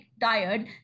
tired